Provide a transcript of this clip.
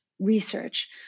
research